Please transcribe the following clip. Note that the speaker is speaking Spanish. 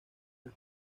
las